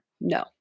No